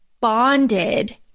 bonded